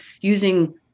using